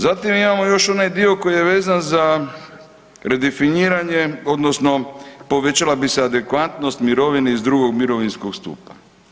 Zatim imamo još onaj dio koji je vezan za redefiniranje odnosno povećala bi se adekvatnost mirovina iz II. mirovinskog stupa.